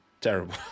terrible